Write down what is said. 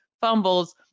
fumbles